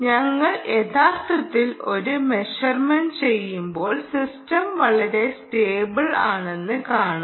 ഞങ്ങൾ യഥാർത്ഥത്തിൽ ഒരു മെഷർമെന്റ് ചെയ്യുമ്പോൾ സിസ്റ്റം വളരെ സ്റ്റേബിൾ ആണെന്ന് കാണാം